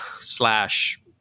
slash